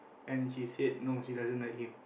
and she said no she doesn't like him